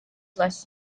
last